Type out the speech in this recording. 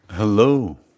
Hello